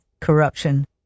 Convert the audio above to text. corruption